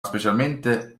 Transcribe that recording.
specialmente